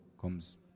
comes